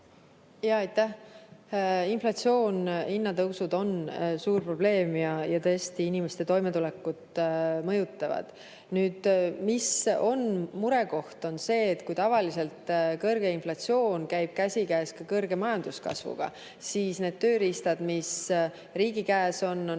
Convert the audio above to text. Aitäh! Inflatsioon ja hinnatõusud on suur probleem ja tõesti, inimeste toimetulekut need mõjutavad. Murekoht on see, et kui tavaliselt käib kõrge inflatsioon käsikäes kõrge majanduskasvuga, siis need tööriistad, mis riigi käes on, on